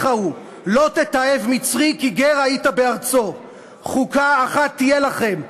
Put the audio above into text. הוא"; לא תתעב מצרי כי גר היית בארצו"; "חוקה אחת תהיה לכם,